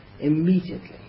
immediately